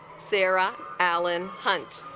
sarah allen hunt